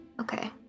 Okay